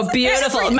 beautiful